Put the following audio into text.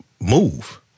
move